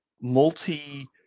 multi-